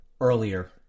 earlier